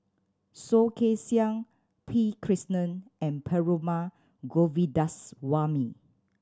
Soh Kay Siang P Krishnan and Perumal Govindaswamy